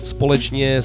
Společně